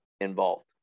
involved